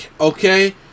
okay